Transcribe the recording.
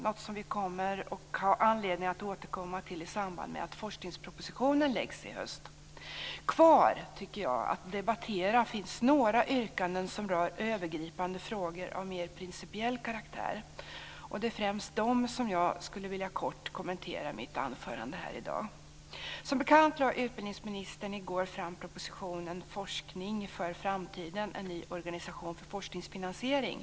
Det är något som vi har anledning att återkomma till i samband med att forskningspropositionen läggs i höst. Kvar att debattera finns några yrkanden som rör övergripande frågor av mer principiell karaktär. Det är främst dem jag kort skulle vilja kommentera i mitt anförande. Som bekant lade utbildningsministern i går fram propositionen Forskning för framtiden, en ny organisation för forskningsfinansiering.